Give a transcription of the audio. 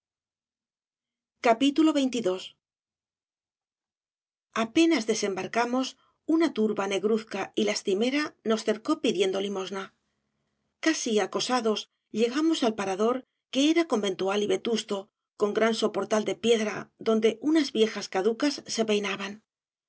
den penas desembarcamos una turba negruzca y lastimera nos cercó pidiendo limosna casi acosados llegamos al parador que era conventual y vetusto con gran soportal de piedra donde unas viejas caducas se peinaban